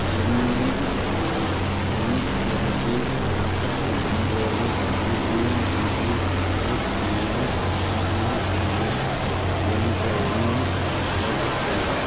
என்னை தொண்ணூற்றி அஞ்சு நாற்பத்தி ஒன்போது பூஜ்ஜியம் அஞ்சு இருபத்தி மூணு பூஜ்ஜியம் பூஜ்ஜியம் என்ற எண்ணில் தொடர்புக் கொள்ளலாம்